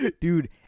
dude